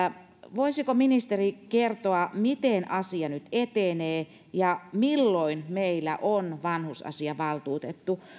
voisiko ministeri kertoa miten asia nyt etenee ja milloin meillä on vanhusasiavaltuutettu